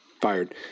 Fired